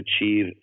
achieve